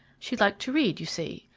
she liked to read, you see,